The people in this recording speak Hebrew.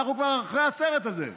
אנחנו כבר אחרי הסרט הזה.